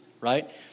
right